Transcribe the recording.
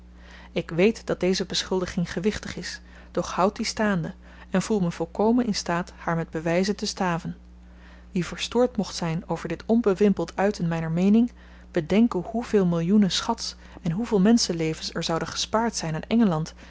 ik weet dat deze beschuldiging gewichtig is doch houd die staande en voel me volkomen in staat haar met bewyzen te staven wie verstoord mocht zyn over dit onbewimpeld uiten myner meening bedenke hoeveel millioenen schats en hoeveel menschenlevens er zouden gespaard zyn aan